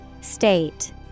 State